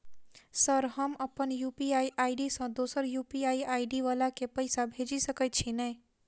Sir हम अप्पन UPI ID सँ दोसर यु.पी.आई आई.डी वला केँ पैसा भेजि सकै छी नै?